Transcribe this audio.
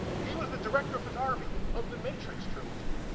he was the director of photography of the matrix trilogy.